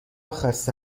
خسته